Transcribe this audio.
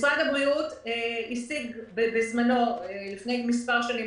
משרד הבריאות השיג לפני מספר שנים,